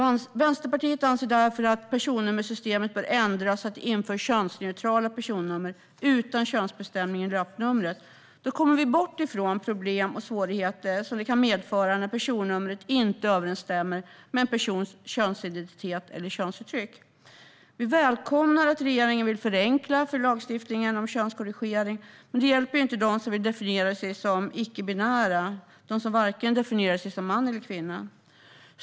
Vänsterpartiet anser därför att personnummersystemet bör ändras så att det införs könsneutrala personnummer utan könsbestämning i löpnumret. Då kommer vi bort från de problem och svårigheter det kan medföra när personnumret inte överensstämmer med en persons könsidentitet eller könsuttryck. Vi välkomnar att regeringen vill förenkla lagstiftningen om könskorrigering, men det hjälper inte dem som vill definiera sig som icke-binära - de som varken definierar sig som man eller kvinna.